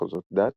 מחוזות דת,